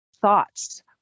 thoughts